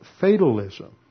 fatalism